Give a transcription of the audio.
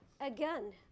again